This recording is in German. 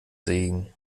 segen